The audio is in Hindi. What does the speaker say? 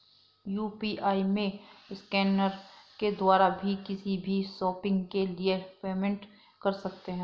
यू.पी.आई में स्कैनर के द्वारा भी किसी भी शॉपिंग के लिए पेमेंट कर सकते है